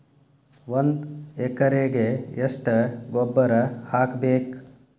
ಒಂದ್ ಎಕರೆಗೆ ಎಷ್ಟ ಗೊಬ್ಬರ ಹಾಕ್ಬೇಕ್?